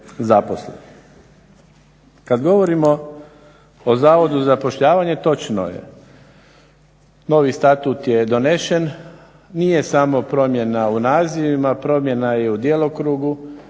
Kad govorimo o Zavodu za zapošljavanje točno je, novi Statut je donesen. Nije samo promjena u nazivima, promjena je i u djelokrugu.